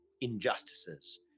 injustices